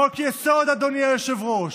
חוק-יסוד, אדוני היושב-ראש,